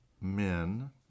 men